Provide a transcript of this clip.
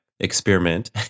experiment